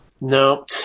no